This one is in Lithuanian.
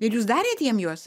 ir jūs darėt jiem juos